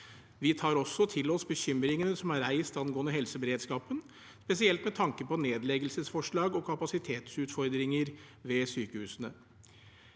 Vi tar også til oss bekymringene som er reist angående helseberedskapen, spesielt med tanke på nedleggelsesforslag og kapasitetsutfordringer ved sykehusene.